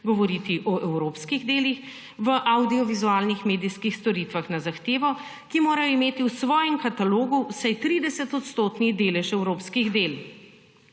govoriti o evropskih delih v avdiovizualnih medijskih storitvah na zahtevo, ki morajo imeti v svojem katalogu vsaj 30-odstotni delež evropskih del.